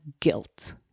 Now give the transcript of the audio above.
guilt